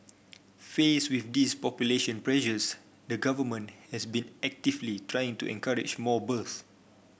face with these population pressures the Government has been actively trying to encourage more birth